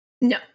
No